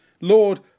Lord